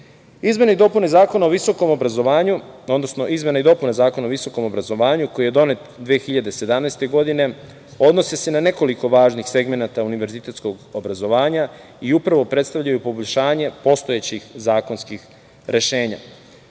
resora. Izmene i dopune Zakona o visokom obrazovanju, koji je donet 2017. godine odnosi se na nekoliko važnih segmenata univerzitetskog obrazovanja i upravo predstavljaju poboljšanje postojećih zakonskih rešenja.